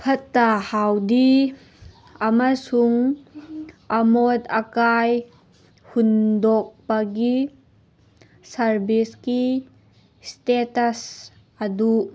ꯐꯠꯇ ꯍꯥꯎꯗꯤ ꯑꯃꯁꯨꯡ ꯑꯃꯣꯠ ꯑꯀꯥꯏ ꯍꯨꯟꯗꯣꯛꯄꯒꯤ ꯁꯥꯔꯕꯤꯁꯀꯤ ꯏꯁꯇꯦꯇꯁ ꯑꯗꯨ